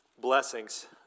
Blessings